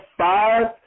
five